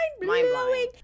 mind-blowing